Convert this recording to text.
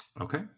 Okay